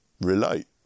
relate